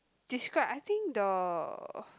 describe I think the